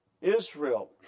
Israel